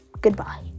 goodbye